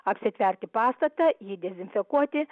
apsitverti pastatą jį dezinfekuoti